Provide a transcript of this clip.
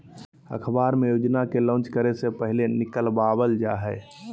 अखबार मे योजना को लान्च करे से पहले निकलवावल जा हय